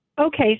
Okay